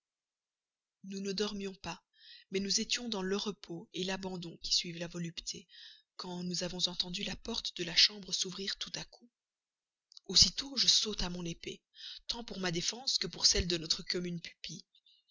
nous ne dormions pas mais nous étions dans le repos l'abandon qui suivent la volupté quand nous avons entendu la porte de la chambre s'ouvrir tout à coup aussitôt je saute à mon épée tant pour ma défense que pour celle de notre commune pupille